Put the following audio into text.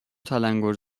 تلنگور